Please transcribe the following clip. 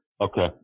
Okay